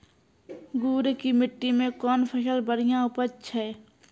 गुड़ की मिट्टी मैं कौन फसल बढ़िया उपज छ?